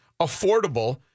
affordable